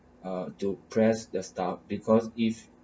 uh to press the staff because if